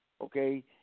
Okay